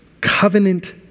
covenant